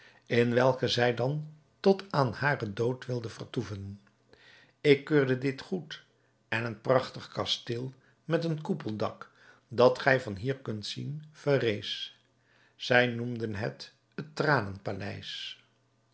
in welke zij dan tot aan haren dood wilde vertoeven ik keurde dit goed en een prachtig kasteel met een koepeldak dat gij van hier kunt zien verrees zij noemde het t